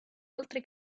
oltre